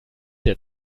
der